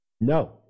No